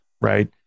right